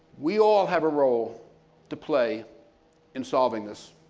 we all have a role to play in solving this.